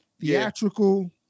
theatrical